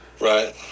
Right